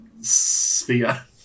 Sphere